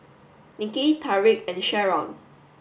Niki Tariq and Sherron